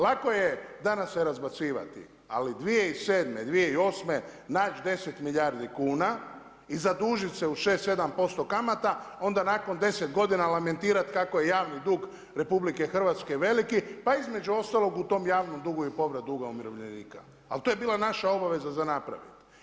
Lako je danas se razbacivati, ali 2007., 2008. naći 10 milijardi kuna i zadužiti se u 6, 7% kamata onda nakon 10 godina lamentirati kako je javni dug RH veliki pa između ostalog u tom javnom dugu je povrat duga umirovljenika, ali to je bila naša obaveza za napraviti.